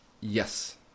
Yes